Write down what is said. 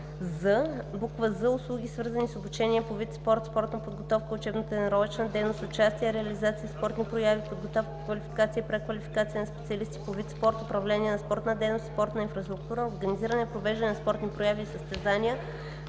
„з": „з) услуги, свързани с обучение по вид спорт; спортна подготовка; учебно-тренировъчна дейност; участие и реализация в спортни прояви; подготовка, квалификация и преквалификация на специалисти по вид спорт; управление на спортна дейност и спортна инфраструктура; организиране и провеждане на спортни прояви и състезания;."